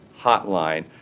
hotline